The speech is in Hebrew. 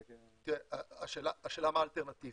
השאלה מה האלטרנטיבה.